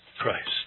Christ